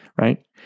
right